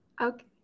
Okay